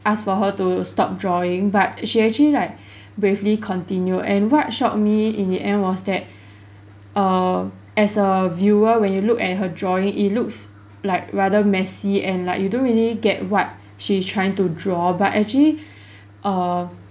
ask for her to stop drawing but she actually like bravely continue and what shocked me in the end was that err as a viewer when you look at her drawing it looks like rather messy and like you don't really get what she is trying to draw but actually err